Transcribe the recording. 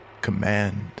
Command